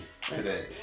Today